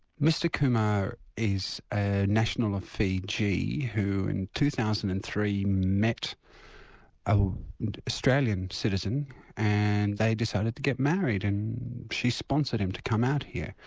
mr kumar is a national of fiji who in two thousand and three met an ah australian citizen and they decided to get married. and she sponsored him to come out here.